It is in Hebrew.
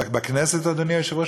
אבל אדוני היושב-ראש,